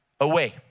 away